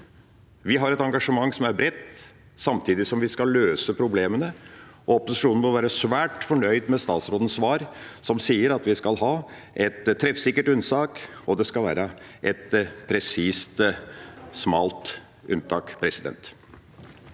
Vi har et engasjement som er bredt, samtidig som vi skal løse problemene. Opposisjonen må være svært fornøyd med statsrådens svar, som sier at vi skal ha et treffsikkert unntak, og at det skal være et presist, smalt unntak. Presidenten